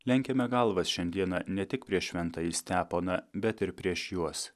lenkiame galvas šiandieną ne tik prieš šventąjį steponą bet ir prieš juos